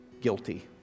guilty